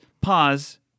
pause